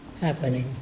happening